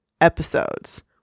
episodes